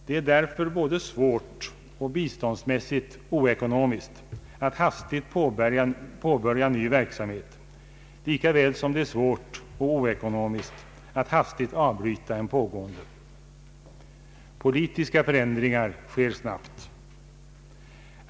Det är därför både svårt och biståndsmässigt oekonomiskt att hastigt påbörja ny verksamhet lika väl som det är svårt och oekonomiskt att hastigt avbryta en pågående. Politiska förändringar sker snabbt.